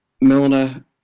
Milner